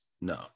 No